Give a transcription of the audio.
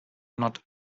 not